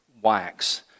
Wax